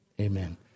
Amen